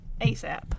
ASAP